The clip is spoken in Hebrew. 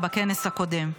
בכנס הקודם,